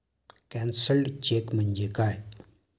Cancelled cheque म्हणजे काय?